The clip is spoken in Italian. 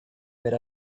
per